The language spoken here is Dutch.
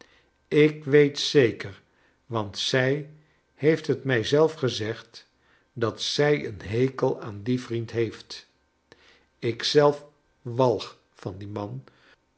ik weet zeker want zij heeft het mij zelf gezegd dat zij een hekel aan dien vriend heeft ik zelf walg van dien man